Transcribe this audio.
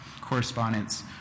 correspondence